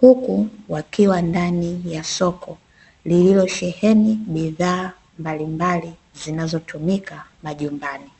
huku wakiwa ndani ya soko lililosheheni bidhaa mbalimbali zinazotumika majumbani.